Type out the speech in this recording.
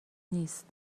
نیست